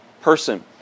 person